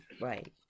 right